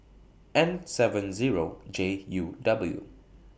N seven Zero J U W